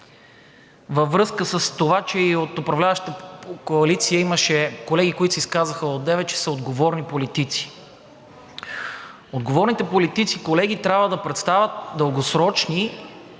във връзка с това, че и от управляващата коалиция имаше колеги, които се изказаха одеве, че са отговорни политици. Отговорните политици, колеги, трябва да представят дългосрочни